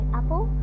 apple